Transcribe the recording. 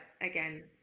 again